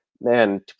man